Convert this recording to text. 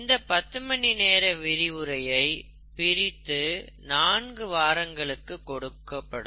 இந்த 10 மணி நேர விரிவுரையை பிரித்து நான்கு வாரங்களுக்கு கொடுக்கப்படும்